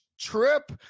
trip